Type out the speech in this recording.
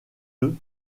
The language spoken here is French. œufs